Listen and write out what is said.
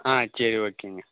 ஆ சரி ஓகேங்க